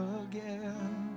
again